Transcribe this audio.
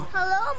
Hello